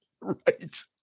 Right